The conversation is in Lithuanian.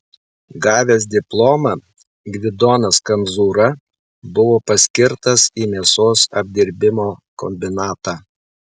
gavęs diplomą gvidonas kemzūra buvo paskirtas į mėsos apdirbimo kombinatą